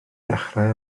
dechrau